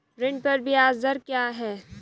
ऋण पर ब्याज दर क्या है?